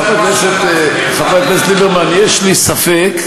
חבר הכנסת, חבר הכנסת ליברמן, יש לי ספק.